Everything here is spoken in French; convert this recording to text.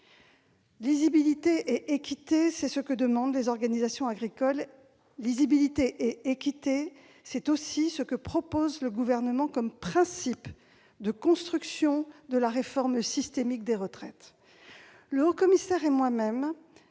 Lisibilité et équité, voilà ce que demandent les organisations agricoles ; lisibilité et équité, c'est aussi ce que propose le Gouvernement comme principes de construction de la réforme systémique des retraites. Le haut-commissaire et moi-même,